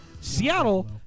Seattle